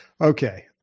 okay